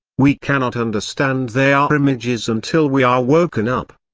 we cannot understand they are images until we are woken up.